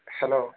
hello